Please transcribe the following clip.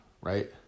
right